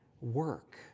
work